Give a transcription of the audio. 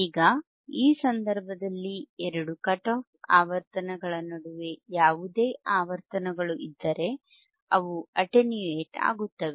ಈಗ ಈ ಸಂದರ್ಭದಲ್ಲಿ ಈ ಎರಡು ಕಟ್ ಆಫ್ ಆವರ್ತನಗಳ ನಡುವೆ ಯಾವುದೇ ಆವರ್ತನಗಳು ಇದ್ದರೆ ಅವು ಅಟೆನ್ಯೂಯೇಟ್ ಆಗುತ್ತವೆ